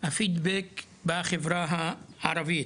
והפידבק בחברה הערבית,